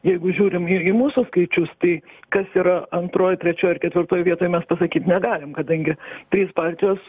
jeigu žiūrim ir į mūsų skaičius tai kas yra antroj trečioj ar ketvirtoj vietoj mes pasakyt negalim kadangi trys partijos